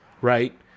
right